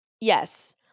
yes